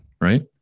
Right